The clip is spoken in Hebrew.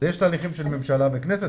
יש תהליכים של ממשלה וכנסת.